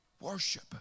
Worship